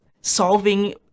solving